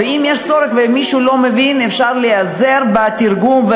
ואם יש צורך ומישהו לא מבין אפשר להיעזר בתרגום.